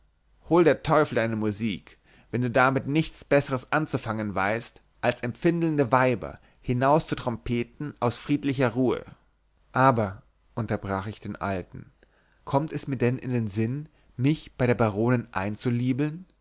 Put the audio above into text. hol der teufel deine musik wenn du damit nichts besseres anzufangen weißt als empfindelnde weiber hinauszutrompeten aus friedlicher ruhe aber unterbrach ich den alten kommt es mir denn in den sinn mich bei der baronin einzuliebeln